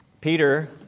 Peter